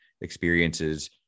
experiences